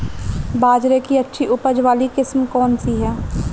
बाजरे की अच्छी उपज वाली किस्म कौनसी है?